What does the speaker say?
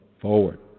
forward